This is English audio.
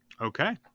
Okay